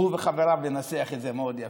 הוא וחבריו, לנסח את זה מאוד יפה: